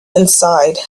inside